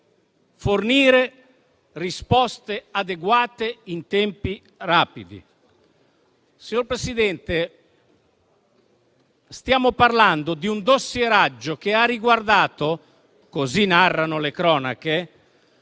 fornire risposte adeguate in tempi rapidi. Signor Presidente, stiamo parlando di un dossieraggio che ha riguardato - così narrano le cronache